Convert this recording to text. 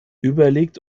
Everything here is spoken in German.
überlegt